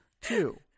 two